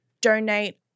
donate